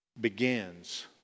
begins